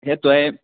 ہے تۄہے